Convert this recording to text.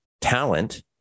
talent